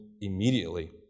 immediately